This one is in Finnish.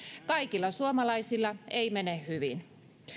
kaikilla suomalaisilla ei mene hyvin